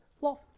law